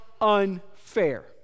unfair